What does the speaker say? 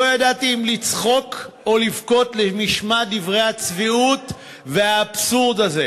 לא ידעתי אם לצחוק או לבכות למשמע דברי הצביעות והאבסורד האלה.